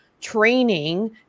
training